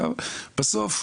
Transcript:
בסוף,